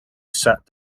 sat